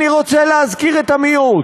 אני רוצה להזכיר את המיעוט.